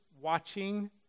watching